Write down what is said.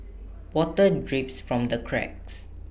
water drips from the cracks